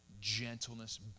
gentleness